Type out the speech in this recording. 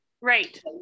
right